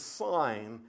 sign